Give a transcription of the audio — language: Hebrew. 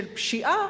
של פשיעה,